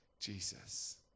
Jesus